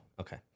Okay